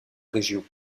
région